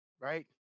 right